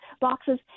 boxes